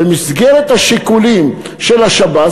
שבמסגרת השיקולים של השב"ס